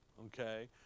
okay